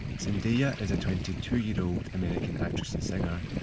zendaya yeah is a twenty two year old american actress and singer.